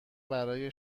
برای